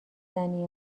زنی